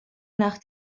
nach